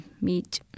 meet